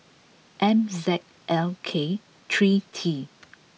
M Z L K three T